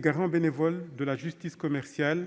Garants de la justice commerciale,